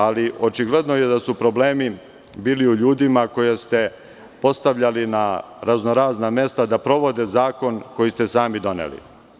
Ali, očigledno je da su problemi bili u ljudima koje ste postavljali na razno-razna mesta da provode zakon koji ste sami doneli.